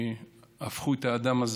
הפכו את האדם הזה